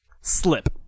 slip